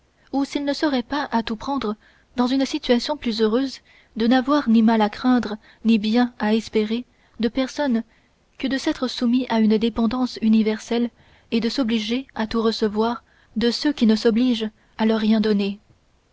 ou s'ils ne seraient pas à tout prendre dans une situation plus heureuse de n'avoir ni mal à craindre ni bien à espérer de personne que de s'être soumis à une dépendance universelle et de s'obliger à tout recevoir de ceux qui ne s'obligent à leur rien donner